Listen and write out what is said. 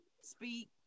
speak